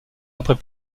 après